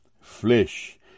flesh